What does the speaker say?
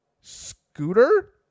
scooter